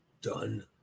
done